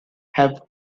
have